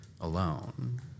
alone